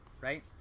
right